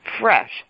fresh